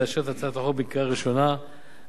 לאשר את הצעת החוק בקריאה ראשונה ולהעבירה